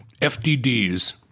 FDDs